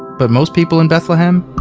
but most people in bethlehem?